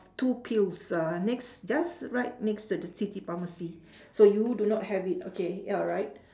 two pills uhh next just right next to the city pharmacy so you do not have it okay alright